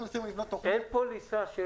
אין פוליסה?